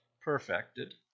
perfected